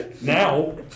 Now